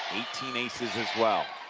eighteen aces as well